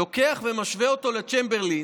לוקח ומשווה אותו לצ'מברלין,